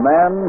Man